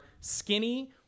skinny